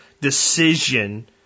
decision